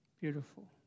Beautiful